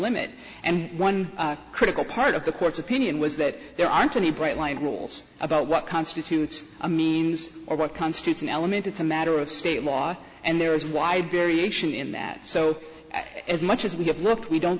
limit and one critical part of the court's opinion was that there aren't any bright line rules about what constitutes a means or what constitutes an element it's a matter of state law and there is wide variation in that so as much as we have looked we don't